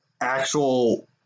actual